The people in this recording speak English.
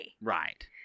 right